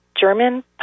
German